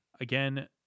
Again